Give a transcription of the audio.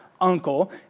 uncle